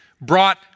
brought